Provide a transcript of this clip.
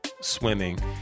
Swimming